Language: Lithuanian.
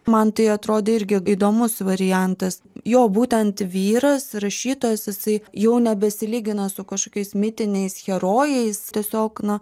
man tai atrodė irgi įdomus variantas jo būtent vyras rašytojas jisai jau nebesilygina su kažkokiais mitiniais herojais tiesiog na